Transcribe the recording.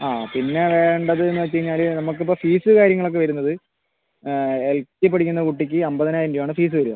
ആ പിന്നെ വേണ്ടതെന്ന് വെച്ച് കഴിഞ്ഞാൽ നമുക്കിപ്പോൾ ഫീസ് കാര്യങ്ങളൊക്കെ വരുന്നത് എൽ കെ ജി പഠിക്കുന്ന കുട്ടിക്ക് അൻപതിനായിരം രൂപയാണ് ഫീസ് വരുക